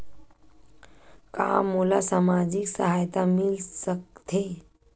का मोला सामाजिक सहायता मिल सकथे?